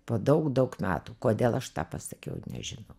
po daug daug metų kodėl aš tą pasakiau nežinau